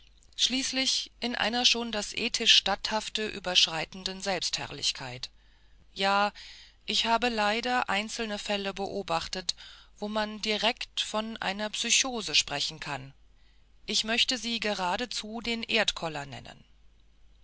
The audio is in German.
schließlich in einer schon das ethisch statthafte überschreitenden selbstherrlichkeit ja ich habe leider einzelne fälle beobachtet wo man direkt von einer psychose sprechen kann ich möchte sie geradezu den erdkoller nennen